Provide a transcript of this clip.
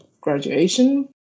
graduation